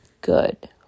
good